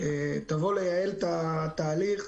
יבואו לייעל את התהליך,